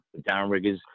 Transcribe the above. downriggers